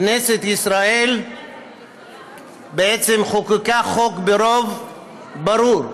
כנסת ישראל בעצם חוקקה חוק ברוב ברור,